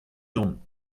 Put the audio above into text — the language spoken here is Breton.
dont